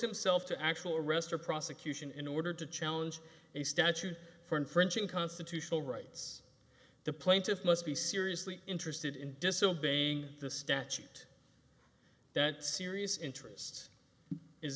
himself to actual arrest or prosecution in order to challenge a statute for infringing constitutional rights the plaintiffs must be seriously interested in disobeying the statute that serious interest is